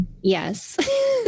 yes